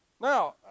Now